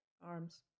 arms